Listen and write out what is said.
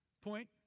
Point